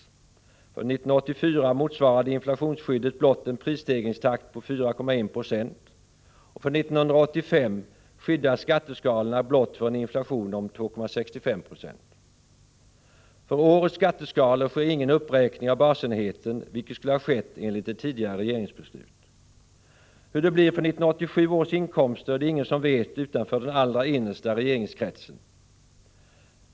För 1984 motsvarade inflationsskyddet blott en prisstegringstakt på 4,1 20, och för 1985 skyddas skatteskalorna blott för en inflation på 2,65 70. För årets skatteskalor sker ingen uppräkning av basenheten, vilket skulle ha skett enligt ett tidigare regeringsbeslut. Hur det blir för 1987 års inkomster är det ingen som vet utanför den allra innersta regeringskretsen.